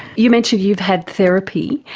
you mentioned you've had therapy.